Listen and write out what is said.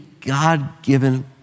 God-given